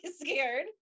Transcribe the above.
scared